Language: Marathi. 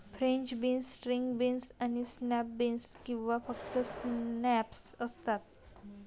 फ्रेंच बीन्स, स्ट्रिंग बीन्स आणि स्नॅप बीन्स किंवा फक्त स्नॅप्स असतात